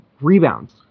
rebounds